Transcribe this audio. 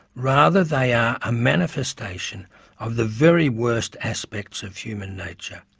rather they are a manifestation of the very worst aspects of human nature.